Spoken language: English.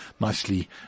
nicely